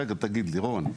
רגע, תגיד לי, רון.